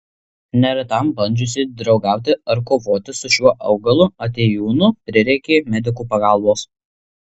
neretam bandžiusiam draugauti ar kovoti su šiuo augalu atėjūnu prireikė medikų pagalbos